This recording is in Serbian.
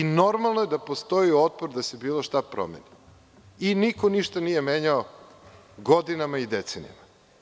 Normalno je da postoji otpor da se bilo šta promeni i niko ništa nije menjao godinama i decenijama.